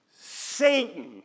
Satan